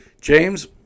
James